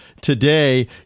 today